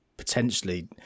potentially